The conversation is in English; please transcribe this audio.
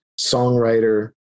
songwriter